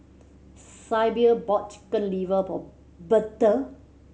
Sybil bought Chicken Liver for Betha